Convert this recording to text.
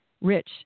rich